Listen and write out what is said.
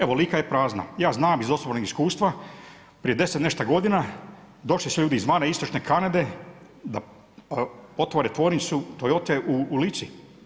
Evo, Lika je prazna, ja znam iz osobnih iskustva, prije 10 i nešto godina, došli su ljudi izvana, istočne Kanade da otvore tvornicu Toyote u Lici.